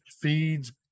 feeds